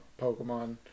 Pokemon